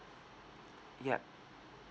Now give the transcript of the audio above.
ya